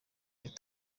imana